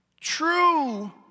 True